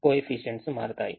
coefficients మారుతాయి